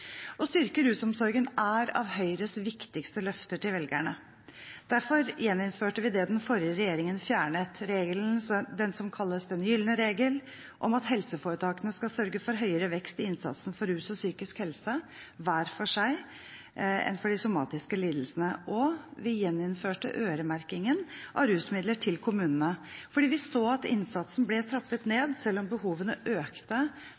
Å styrke rusomsorgen er et av Høyres viktigste løfter til velgerne. Derfor gjeninnførte vi det den forrige regjeringen fjernet: regelen, som kalles den gylne regel, om at helseforetakene skal sørge for høyere vekst i innsatsen for rus og psykisk helse, hver for seg, enn for de somatiske lidelsene. Og vi gjeninnførte øremerkingen av rusmidler til kommunene fordi vi så at innsatsen ble trappet ned selv om behovene økte